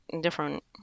different